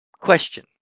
question